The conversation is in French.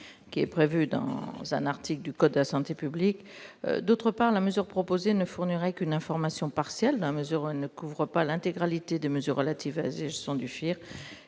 Parlement, prévu dans un article du code de la santé publique. De surcroît, la mesure proposée ne fournirait qu'une information partielle dans la mesure où elle ne couvre pas l'intégralité des mesures relatives à la gestion du FIR.